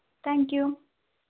thank you